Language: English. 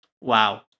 Wow